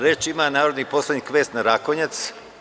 Reč ima narodni poslanik Vesna Rakonjac.